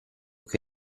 che